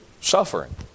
suffering